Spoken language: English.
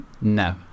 No